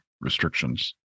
restrictions